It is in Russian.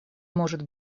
может